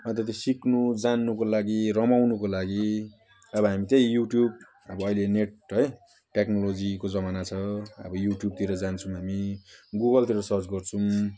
अन्त त्यो सिक्नु जान्नुको लागि रमाउनुको लागि अब हामी त्यही युट्युब अब अहिले नेट है टेक्नोलोजीको जमाना छ अब युट्युबतिर जान्छौँ हामी गुगलतिर सर्च गर्छौँ